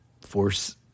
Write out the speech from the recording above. force